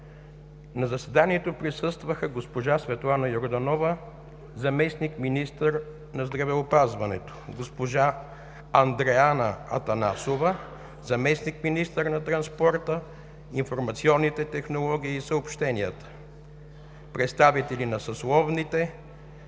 На заседанието присъстваха: госпожа Светлана Йорданова –заместник-министър на здравеопазването, госпожа Андреана Атанасова – заместник-министър на транспорта, информационните технологии и съобщенията, представители на съсловните